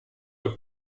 und